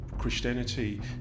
Christianity